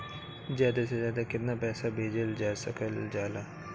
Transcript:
ज्यादा से ज्यादा केताना पैसा भेजल जा सकल जाला?